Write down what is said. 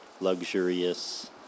luxurious